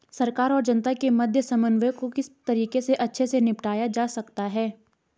सरकार और जनता के मध्य समन्वय को किस तरीके से अच्छे से निपटाया जा सकता है?